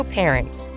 parents